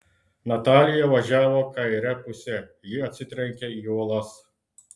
natalija važiavo kaire puse ji atsitrenkia į uolas